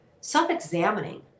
self-examining